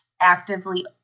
actively